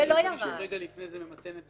זה אני מסכים.